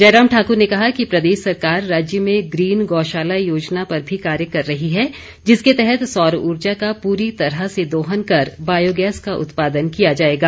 जयराम ठाकुर ने कहा कि प्रदेश सरकार राज्य में ग्रीन गौशाला योजना पर भी कार्य कर रही है जिसके तहत सौर उर्जा का पूरी तरह से दोहन कर बायोगैस का उत्पादन किया जाएगा